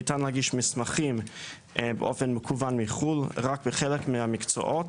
ניתן להגיש מסמכים באופן מקוון מחו"ל רק בחלק מהמקצועות.